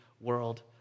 world